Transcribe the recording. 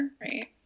right